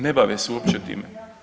Ne bave se uopće time.